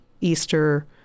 Easter